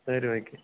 சரி ஓகே